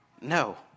No